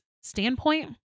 standpoint